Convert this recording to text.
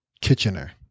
Kitchener